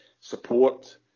support